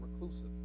reclusive